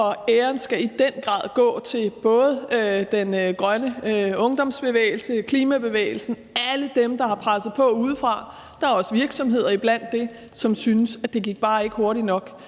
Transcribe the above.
og æren skal i den grad gå til både Den Grønne Ungdomsbevægelse, Klimabevægelsen, alle dem, der har presset på udefra. Der er også virksomheder iblandt dem, som synes, at det bare ikke gik hurtigt nok